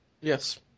yes